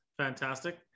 fantastic